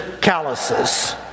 calluses